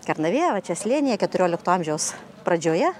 kernavėje va čia slėnyje keturiolikto amžiaus pradžioje